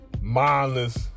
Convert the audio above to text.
mindless